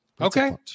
okay